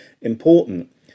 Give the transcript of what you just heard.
important